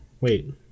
Wait